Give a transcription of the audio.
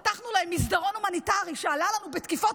פתחנו להם מסדרון הומניטרי שעלה לנו בתקיפות